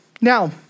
Now